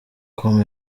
com